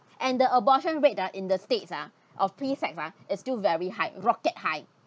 and the abortion rate ah in the states ah of free sex ah is still very high rocket high